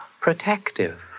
protective